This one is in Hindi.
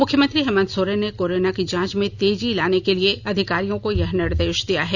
मुख्यमंत्री हेमन्त सोरेन ने कोरोना की जांच में तेजी लाने के लिए अधिकारियों को यह निर्देश दिया है